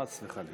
חס וחלילה.